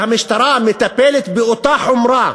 שהמשטרה מטפלת באותה חומרה